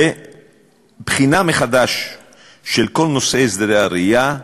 ובחינה מחדש של כל נושא הסדרי הראייה.